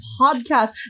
podcast